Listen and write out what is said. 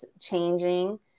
changing